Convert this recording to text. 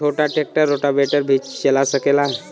छोटा tractor rotavator भी चला सकेला?